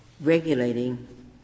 regulating